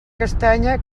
castanya